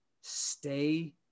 stay